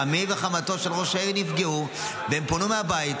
חמיו וחמותו של ראש העיר נפגעו, והם פונו מהבית.